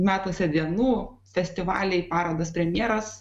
metuose dienų festivaliai parodos premjeros